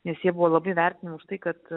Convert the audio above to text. nes jie buvo labai vertinami už tai kad